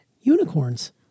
Unicorns